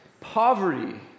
Poverty